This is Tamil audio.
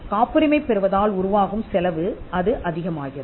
காப்புரிமை பெறுவதால் உருவாகும் செலவு அது அதிகமாகிறது